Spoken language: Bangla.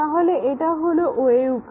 তাহলে এটা হলো ওয়্যুকার